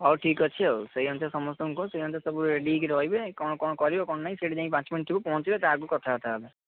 ହେଉ ଠିକ୍ ଅଛି ଆଉ ସେଇ ଅନୁସାରେ ସମସ୍ତଙ୍କୁ କୁହ ସେଇ ଅନୁସାରେ ସବୁ ରେଡ଼ି ହେଇକି ରହିବେ କ'ଣ କ'ଣ କରିବେ କ'ଣ ନାଇଁ ସେଇଠି ଯାଇକି ପାଞ୍ଚ ମିନିଟ୍ ଥିବ ପହଞ୍ଚିବେ ତା ଆଗକୁ କଥାବାର୍ତ୍ତା ହେବା